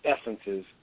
essences